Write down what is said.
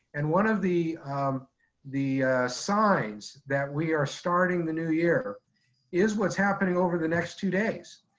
and one of the um the signs that we are starting the new year is what's happening over the next two days.